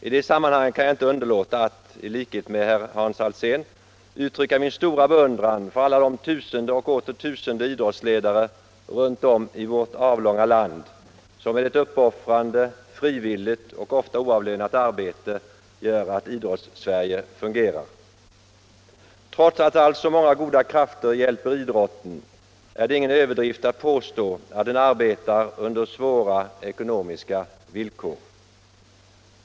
I det sammanhanget kan jag inte underlåta att — i likhet med herr Hans Alsén — uttrycka min stora beundran för alla de tusende och åter tusende idrottsledare runt om i vårt avlånga land som med ett uppoffrande, frivilligt och ofta oavlönat arbete gör att Idrottssverige fungerar. Trots att alltså många goda krafter hjälper idrotten är det ingen överdrift att påstå att den arbetar under svåra ekonomiska villkor.